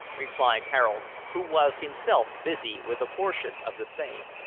replied harold, who was himself busy with a portion of the same.